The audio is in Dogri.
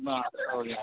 बस